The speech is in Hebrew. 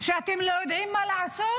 שאתם לא יודעים מה לעשות?